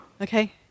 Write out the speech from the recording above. Okay